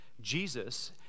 Jesus